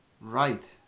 Right